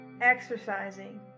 exercising